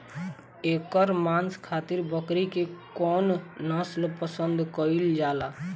एकर मांस खातिर बकरी के कौन नस्ल पसंद कईल जाले?